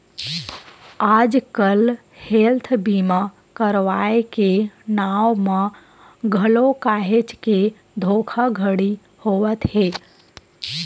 आजकल हेल्थ बीमा करवाय के नांव म घलो काहेच के धोखाघड़ी होवत हे